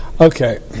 Okay